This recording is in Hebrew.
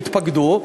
שהתפקדו,